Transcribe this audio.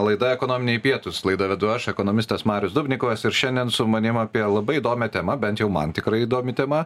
laida ekonominiai pietūs laidą vedu aš ekonomistas marius dubnikovas ir šiandien su manim apie labai įdomią temą bent jau man tikrai įdomi tema